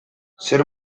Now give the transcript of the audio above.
zer